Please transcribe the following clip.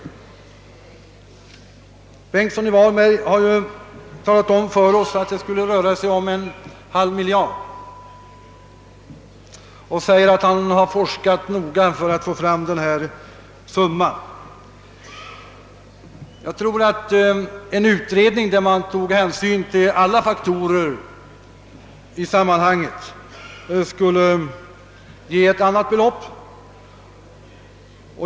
Herr Bengtsson i Varberg har ju talat om för oss att det skulle röra sig om en halv miljard, och han säger att han har forskat noga innan han fått fram den summan. Jag tror att en utredning, som tog hänsyn till alla faktorer i sammanhanget, skulle ge en annan siffra.